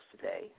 today